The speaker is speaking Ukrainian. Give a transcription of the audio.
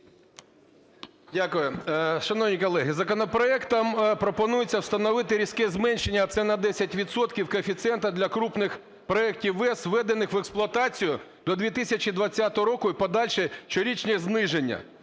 Дякую. Шановні колеги, законопроектом пропонується встановити різке зменшення це на 10 відсотків коефіцієнту для крупних проектів ВЕС, введених в експлуатацію до 2020 року, і подальше щорічне зниження.